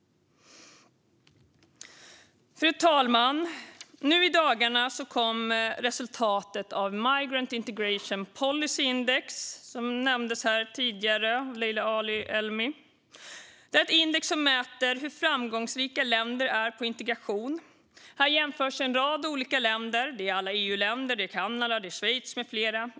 Fru talman! Nu i dagarna kom resultatet av Migrant Integration Policy Index, som nämndes här tidigare av Leila Ali-Elmi. Det är ett index som mäter hur framgångsrika länder är på integration. Där jämförs en rad olika länder, alla EU-länder, Kanada, Schweiz med flera.